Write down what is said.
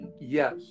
Yes